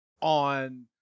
on